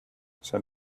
said